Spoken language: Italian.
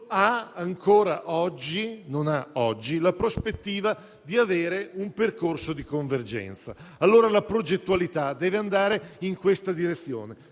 regionali, non ha oggi la prospettiva di un percorso di convergenza. La progettualità deve andare in questa direzione.